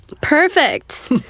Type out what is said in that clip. Perfect